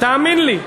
תאמין לי.